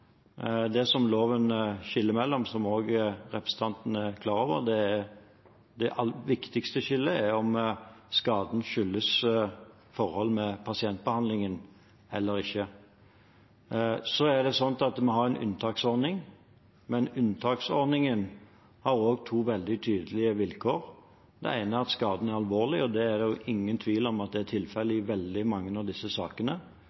Det som loven skiller mellom, det viktigste skillet, som også representanten er klar over, er om skaden skyldes forhold ved pasientbehandlingen eller ikke. Vi har en unntaksordning, men unntaksordningen har også to veldig tydelige vilkår. Det ene er at skaden er alvorlig, og det er det ingen tvil om at er tilfellet i veldig mange av disse sakene. Det andre vilkåret er